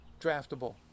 draftable